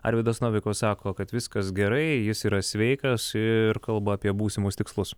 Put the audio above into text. arvydas novikovas sako kad viskas gerai jis yra sveikas ir kalba apie būsimus tikslus